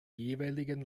jeweiligen